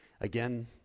Again